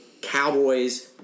cowboys